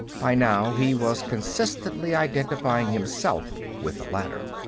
by now, he was consistently identifying himself with the latter.